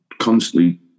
constantly